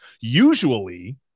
Usually